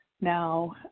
now